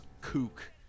kook